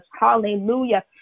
Hallelujah